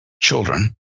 children